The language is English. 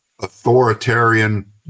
authoritarian